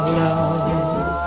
love